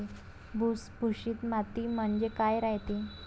भुसभुशीत माती म्हणजे काय रायते?